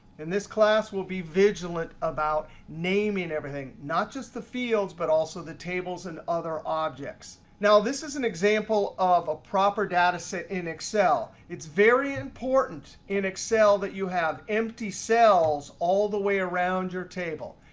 in this class, we'll be vigilant about naming everything not just the fields, but also the tables and other objects. now, this is an example of a proper data set in excel. it's very important in excel that you have empty cells all the way around your table.